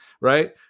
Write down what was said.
right